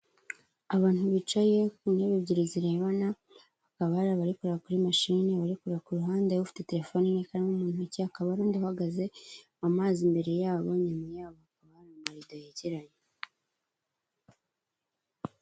Abantu bicaye ku ntebe ebyiri zirebana, hakaba hari abari kureba kuri mashine, abari kureba ku, ufite terefoni n'ikaramu mu ntoki, hakaba hari undi uhagaze, amazi imbere yabo inyuma yabo hakaba hari amarido yegeranye.